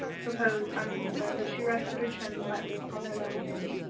her pose unconcerned as she rested her chin lightly upon her left hand.